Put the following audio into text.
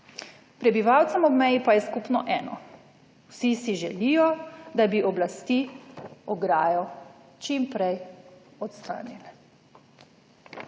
Prebivalcem ob meji pa je skupno eno, vsi si želijo, da bi oblasti ograjo čim prej odstranile.«